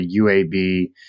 UAB